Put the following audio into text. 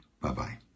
Bye-bye